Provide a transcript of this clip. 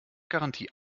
garantie